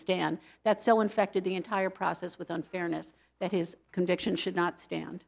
stand that so infected the entire process with unfairness that his conviction should not stand